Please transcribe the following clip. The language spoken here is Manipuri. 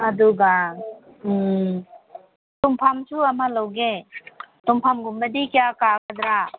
ꯑꯗꯨꯒ ꯇꯨꯝꯐꯝꯁꯨ ꯑꯃ ꯂꯧꯒꯦ ꯇꯨꯝꯐꯃꯒꯨꯝꯕꯗꯤ ꯀꯌꯥ ꯀꯥꯒꯗ꯭ꯔ